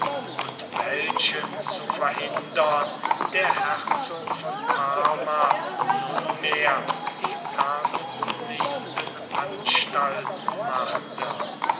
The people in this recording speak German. und welchen zu verhindern der herzog von parma nunmehr die ernstlichsten anstalten machte